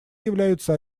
являются